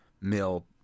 mill